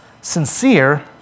sincere